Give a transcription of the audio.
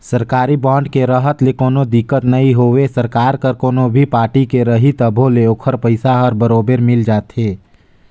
सरकारी बांड के रहत ले कोनो दिक्कत नई होवे सरकार हर कोनो भी पारटी के रही तभो ले ओखर पइसा हर बरोबर मिल जाथे